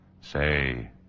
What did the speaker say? Say